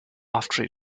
after